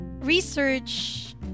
research